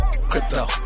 Crypto